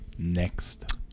Next